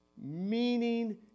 meaning